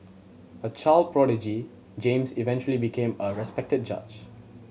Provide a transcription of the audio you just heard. a child prodigy James eventually became a respected judge